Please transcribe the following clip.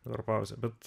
dabar pauzė bet